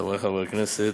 חברי חברי הכנסת,